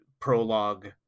prologue